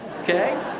Okay